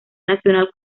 nacional